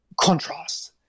contrast